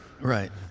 right